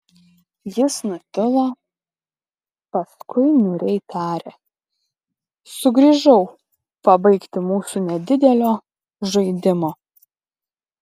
jis nutilo paskui niūriai tarė sugrįžau pabaigti mūsų nedidelio žaidimo